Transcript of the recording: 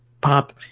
Pop